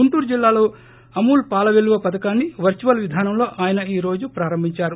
గుంటూరు జిల్లాలో అమూల్ పాల పెల్లువ పధకాన్ని వర్సువల్ విధానంలో ఆయన ఈ రోజు ప్రారంభించారు